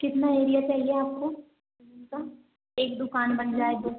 कितना एरिया चाहिए आपको दुकान का एक दुकान बन जाए तो